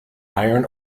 iron